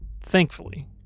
Thankfully